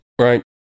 Right